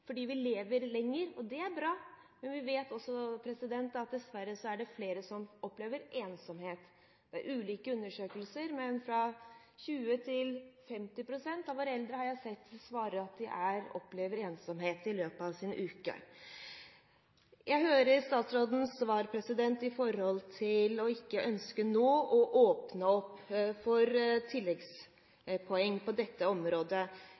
fordi vi lever lenger. Det er bra, men vi vet også at det dessverre er flere som opplever ensomhet. Det finnes ulike undersøkelser, men jeg har sett at mellom 20 pst. og 50 pst. av våre eldre svarer at de opplever ensomhet i løpet av uken. Jeg hører statsrådens svar om ikke å ønske å åpne opp for tilleggspoeng på dette området